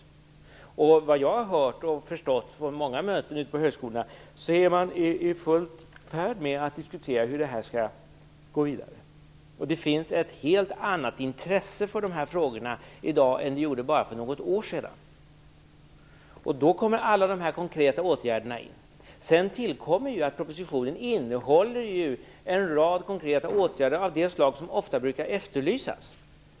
Efter vad jag har hört och förstått av många möten ute på högskolorna är man i full färd med att diskutera hur man skall gå vidare. Det finns i dag ett helt annat intresse för de här frågorna än för bara något år sedan. Då kommer alla de här konkreta åtgärderna in. Sedan tillkommer att propositionen innehåller en rad konkreta åtgärder av det slag som ofta brukar efterlysas.